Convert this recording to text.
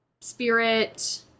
spirit